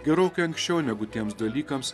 gerokai anksčiau negu tiems dalykams